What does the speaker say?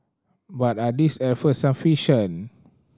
but are these efforts sufficient